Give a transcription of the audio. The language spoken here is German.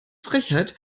frechheit